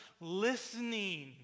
listening